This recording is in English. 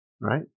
right